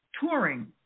Touring